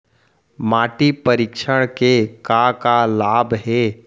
माटी परीक्षण के का का लाभ हे?